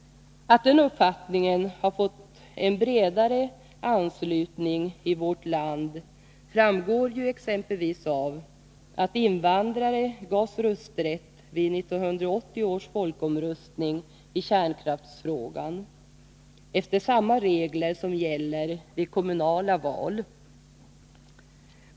Att den uppfattningen har fått en bredare anslutning i vårt land framgår ju exempelvis av att invandrare gavs rösträtt vid 1980 års folkomröstning i kärnkraftsfrågan, efter samma regler som gäller vid kommunala val.